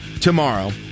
tomorrow